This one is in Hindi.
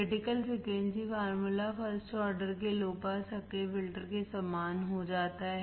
critical frequency formula first order के लो पास सक्रिय फ़िल्टर के समान हो जाता है